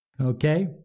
Okay